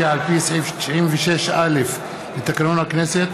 כי על פי סעיף 96(א) לתקנון הכנסת,